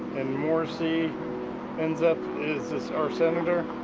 and morrissey ends up as our senator,